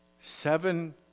Seven